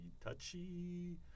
touchy